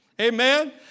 Amen